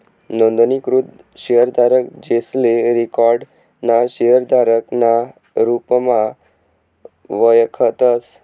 नोंदणीकृत शेयरधारक, जेसले रिकाॅर्ड ना शेयरधारक ना रुपमा वयखतस